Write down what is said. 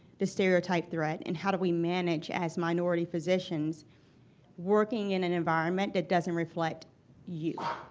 the stereotype threat, and how do we manage as minority physicians working in an environment that doesn't reflect you?